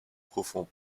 profond